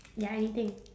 ya anything